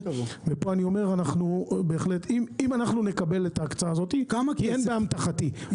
אם אנחנו נקבל את ההקצאה הזאת, כי אין באמתחתי.